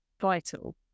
vital